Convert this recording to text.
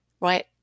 right